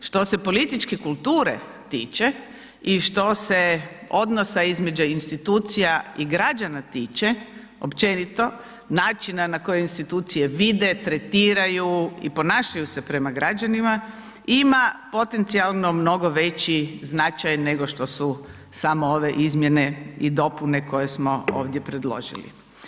Što se političke kulture tiče i što se odnosa između institucija i građana tiče općenito načina na koji institucije vide, tretiraju i ponašaju se prema građanima ima potencijalno mnogo veći značaj nego što su samo ove izmjene i dopune koje smo ovdje predložili.